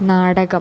നാടകം